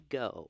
go